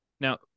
Now